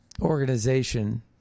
organization